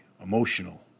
emotional